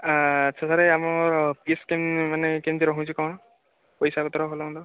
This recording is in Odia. ଆଚ୍ଛା ସାର୍ ଆମର ମାନେ କେମିତି ରହୁଛି କ'ଣ ପଇସାପତ୍ର ଭଲମନ୍ଦ